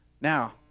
Now